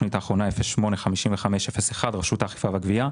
תוכנית 0855/01 רשות האכיפה והגבייה.